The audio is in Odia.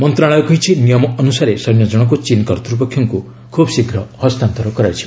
ମନ୍ତ୍ରଣାଳୟ କହିଛି ନିୟମ ଅନୁସାରେ ସୈନ୍ୟ ଜଣଙ୍କୁ ଚୀନ୍ କର୍ତ୍ତୃପକ୍ଷଙ୍କୁ ହସ୍ତାନ୍ତର କରାଯିବ